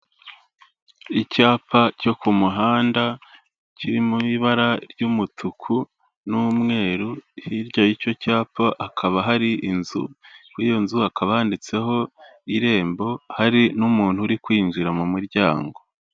Icyapa cyo ku muhanda kiri mu ibara ry'umutuku n'umweru, hirya y'icyo cyapa hakaba hari inzu, kuri iyo nzu hakaba handitseho irembo hari n'umuntu uri kwinjira mu muryango.